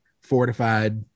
fortified